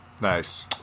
Nice